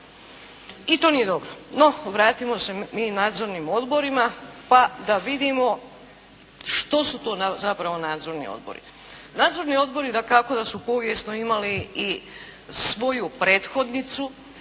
I to nije dobro. No vratimo se mi nadzornim odborima pa da vidimo što su to zapravo nadzorni odbori. Nadzorni odbori dakako da su povijesno imali i svoju prethodnicu